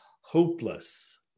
hopeless